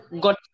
got